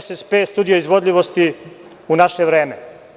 SSP studio izvodljivosti u naše vreme.